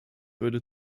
würde